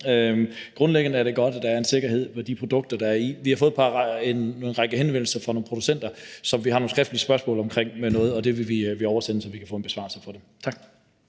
Grundlæggende er det godt, at der er en sikkerhed i forbindelse med de pågældende produkter. Vi har fået en række henvendelser fra nogle producenter, og vi har nogle skriftlige spørgsmål i forbindelse med det, og det vil vi oversende, så vi kan få en besvarelse af det. Tak.